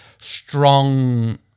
strong